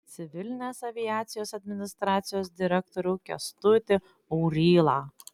civilinės aviacijos administracijos direktorių kęstutį aurylą